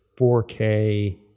4k